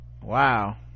wow